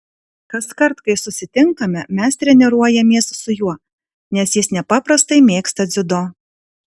kaskart kai susitinkame mes treniruojamės su juo nes jis nepaprastai mėgsta dziudo